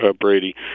Brady